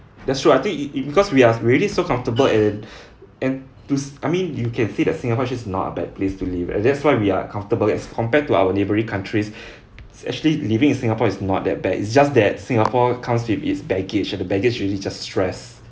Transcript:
that's true I think it it because we are already so comfortable and and to s~ I mean you can see that singapore is not a bad place to live and that's why we are comfortable as compared to our neighbouring countries actually living in singapore is not that bad it's just that singapore comes with its baggage and the baggage is really just stress